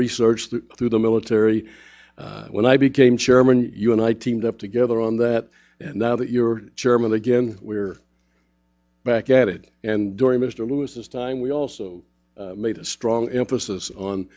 research that through the military when i became chairman you and i teamed up together on that and now that you're chairman again we're back at it and during mr lewis this time we also made a strong emphasis on